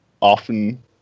often